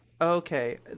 okay